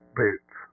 boots